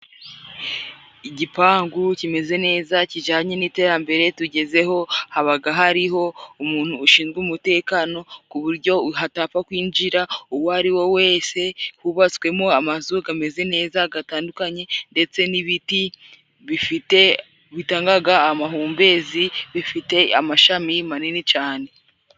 Igipangu kimeze neza kijyanye n'iterambere tugezeho, habaga hariho umuntu ushinzwe umutekano, ku bujyo hatapfa kwinjira uwo ari wese, hubatswemo amazu gameze neza gatandukanye ndetse n'ibiti bifite bitangaga amahumbezi, bifite amashami manini cane.